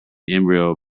embryo